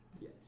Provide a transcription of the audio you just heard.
Yes